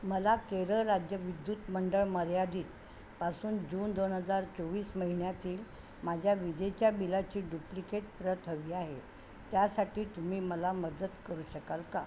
मला केरळ राज्य विद्युत मंडळ मर्यादित पासून जून दोन हजार चोवीस महिन्यातील माझ्या विजेच्या बिलाची डुप्लिकेट प्रत हवी आहे त्यासाठी तुम्ही मला मदत करू शकाल का